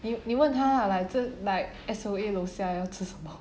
你你问他 lah like like S_O_A 楼下要吃什么